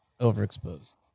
overexposed